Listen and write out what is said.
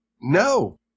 No